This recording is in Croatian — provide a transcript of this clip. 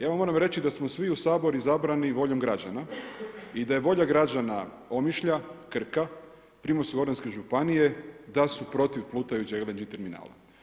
Ja vam reći da smo svi u Sabor izabrani voljom građana i da je volja građana Omišlja, Krka, Primorsko-goranske županije da su protiv plutajućeg LGN terminala.